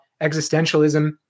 existentialism